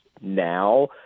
now